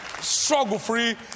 struggle-free